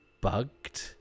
bugged